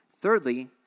Thirdly